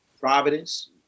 Providence